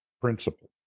principle